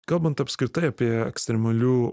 kalbant apskritai apie ekstremalių